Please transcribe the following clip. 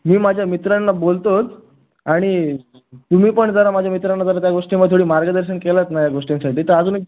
मी माझ्या मित्रांना बोलतोच आणि तुम्ही पण जरा माझ्या मित्रांना जरा त्या गोष्टीमध्ये थोडी मार्गदर्शन केलंत ना या गोष्टींसाठी तर अजून एक